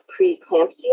preeclampsia